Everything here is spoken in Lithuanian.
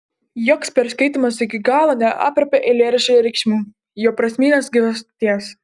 joks perskaitymas iki galo neaprėpia eilėraščio reikšmių jo prasminės gyvasties